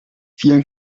vielen